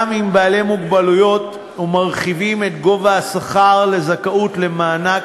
גם עם בעלי מוגבלויות ומעלים את גובה השכר לזכאות למענק,